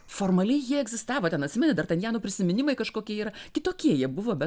formaliai jie egzistavo ten atsimeni dartanjano prisiminimai kažkokie yra kitokie jie buvo bet